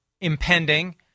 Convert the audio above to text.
impending